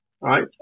right